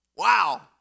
Wow